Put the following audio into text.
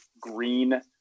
green